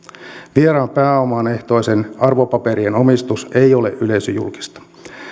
vieraan pääoman ehtoisten arvopaperien omistus ei ole yleisöjulkista